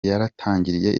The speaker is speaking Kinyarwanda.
yatangiriye